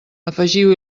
afegiu